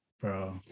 bro